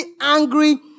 angry